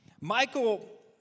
Michael